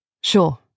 Sure